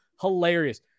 hilarious